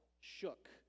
shook